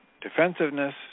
defensiveness